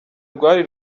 rwari